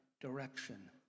direction